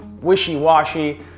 wishy-washy